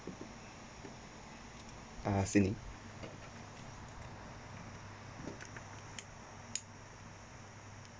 uh seen